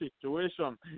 situation